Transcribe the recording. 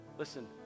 Listen